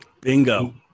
Bingo